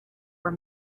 were